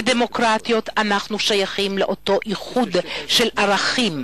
כדמוקרטיות אנחנו שייכים לאותו איחוד של ערכים.